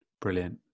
Brilliant